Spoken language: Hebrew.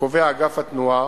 שקובע אגף התנועה